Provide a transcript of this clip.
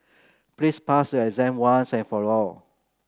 please pass your exam once and for all